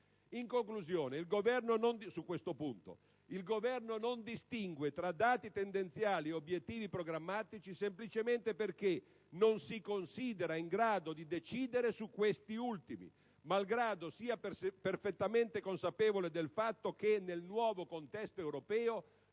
questo punto, il Governo non distingue tra dati tendenziali ed obiettivi programmatici semplicemente perché non si considera in grado di decidere su questi ultimi, malgrado sia perfettamente consapevole del fatto che nel nuovo contesto europeo